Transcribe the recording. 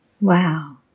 wow